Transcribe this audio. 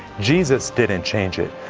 jesus didn't change it.